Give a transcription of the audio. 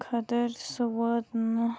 خٲطٕر سُہ ووت نہٕ